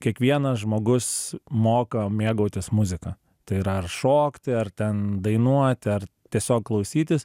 kiekvienas žmogus moka mėgautis muzika tai yra ar šokti ar ten dainuoti ar tiesiog klausytis